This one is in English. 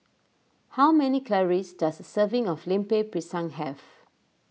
how many calories does a serving of Lemper Pisang have